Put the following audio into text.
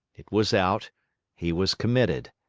it was out he was committed,